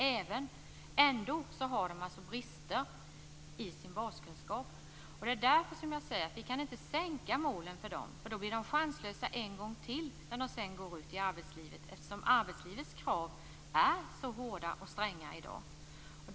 Ändå har de brister i sina baskunskaper. Det är därför som jag säger att vi inte kan sänka målen för dessa elever, som ju då blir chanslösa en gång till när de sedan skall ut i arbetslivet. Arbetslivets krav är mycket hårda och stränga i dag.